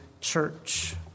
church